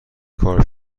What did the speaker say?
کار